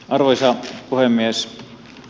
arvoisa puhemies